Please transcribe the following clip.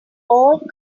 all